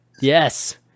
Yes